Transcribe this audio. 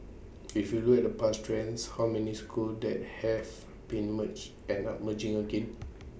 if you look at the past trends how many schools that have been merged end up merging again